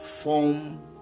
form